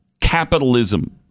Capitalism